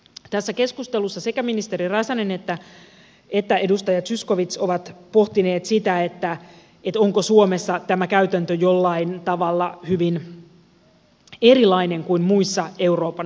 tässä keskustelussa sekä ministeri räsänen että edustaja zyskowicz ovat pohtineet sitä onko suomessa tämä käytäntö jollain tavalla hyvin erilainen kuin muissa euroopan maissa